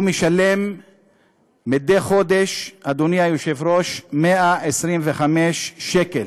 הוא משלם מדי חודש, אדוני היושב-ראש, 125 שקלים,